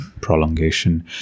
prolongation